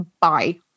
bye